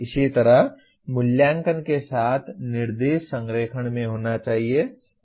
इसी तरह मूल्यांकन के साथ निर्देश संरेखण में होना चाहिए